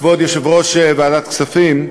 כבוד יושב-ראש ועדת הכספים,